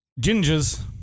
Gingers